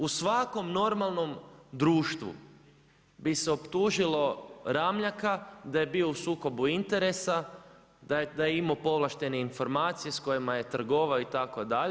U svakom normalnom društvu bi se optužilo Ramljaka da je bio u sukobu interesa, da je imao povlaštene informacije s kojima je trgovina itd.